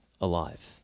alive